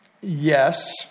Yes